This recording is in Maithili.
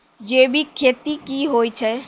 जैविक खेती की होय छै?